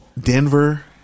Denver